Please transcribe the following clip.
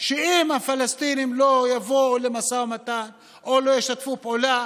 שאם הפלסטינים לא יבואו למשא ומתן או לא ישתפו פעולה,